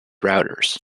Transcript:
routers